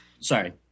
Sorry